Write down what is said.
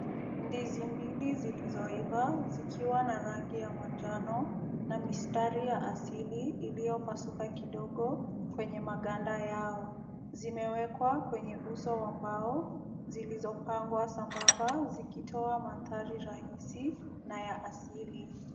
Ndizi mbili zilizoiva zikiwa na rangi ya manjano na mistari ya asili, iliyopasuka kidogo kwenye maganda yao. Zimewekwa kwenye uso wa mbao zilizopangwa sambamba zikitoa mandhari rahisi na ya asili.